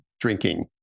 drinking